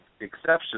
exceptions